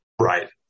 Right